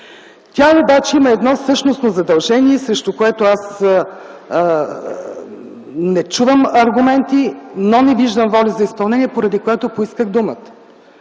Тя обаче има едно същностно задължение, срещу което аз не чувам аргументи и не виждам воля за изпълнение, поради което поисках думата.